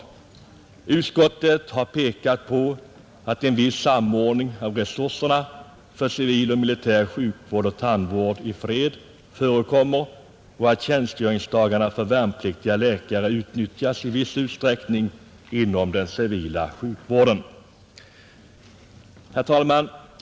195 Utskottet har pekat på att en viss samordning av resurserna för civil och militär sjukvård och tandvård i fred förekommer och att tjänstgöringsdagar för värnpliktiga läkare utnyttjas i viss utsträckning inom den civila sjukvården.